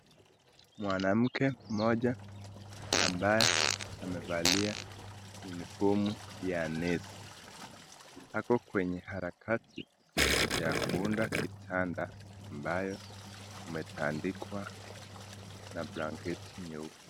Mwanamke mmoja ambaye amevalia unifomu ya nesi ako kwenye harakati ya kuunda kitanda ambayo imetandikwa na blanketi nyeupe.